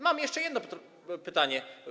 Mam jeszcze jedno pytanie.